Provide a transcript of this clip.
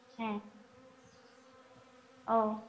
ᱦᱮᱸ ᱚ